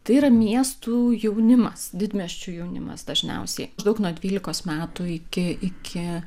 tai yra miestų jaunimas didmiesčių jaunimas dažniausiai maždaug nuo dvylikos metų iki iki